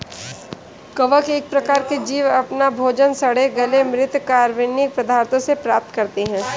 कवक एक प्रकार के जीव अपना भोजन सड़े गले म्रृत कार्बनिक पदार्थों से प्राप्त करते हैं